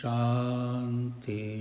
Shanti